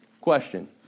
Question